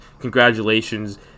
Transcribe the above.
congratulations